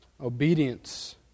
Obedience